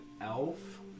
elf